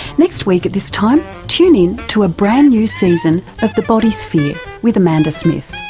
next week at this time tune in to a brand new season of the body sphere with amanda smith.